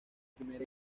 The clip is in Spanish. primer